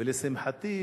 ולשמחתי,